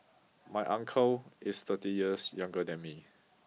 my uncle is thirty years younger than me